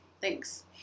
thanks